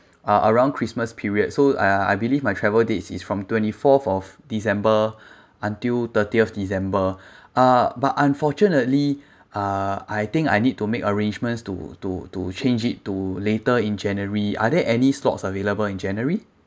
uh around christmas period so uh I believe my travel dates is from twenty fourth of december until thirtieth december uh but unfortunately uh I think I need to make arrangements to to to change it to later in january are there any slots available in january